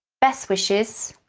best wishes,